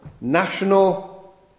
national